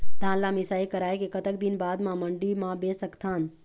धान ला मिसाई कराए के कतक दिन बाद मा मंडी मा बेच सकथन?